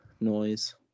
noise